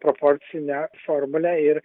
proporcinę formulę ir